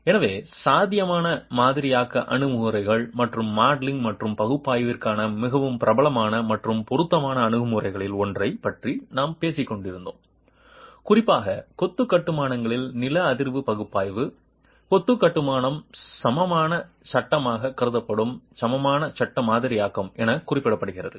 எனவே சாத்தியமான மாதிரியாக்க அணுகுமுறைகள் மற்றும் மாடலிங் மற்றும் பகுப்பாய்விற்கான மிகவும் பிரபலமான மற்றும் பொருத்தமான அணுகுமுறைகளில் ஒன்றைப் பற்றி நாம் பேசிக் கொண்டிருந்தோம் குறிப்பாக கொத்து கட்டுமானங்களின் நில அதிர்வு பகுப்பாய்வு கொத்து கட்டுமானம் சமமான சட்டமாக கருதப்படும் சமமான சட்ட மாதிரியாக்கம் என குறிப்பிடப்படுகிறது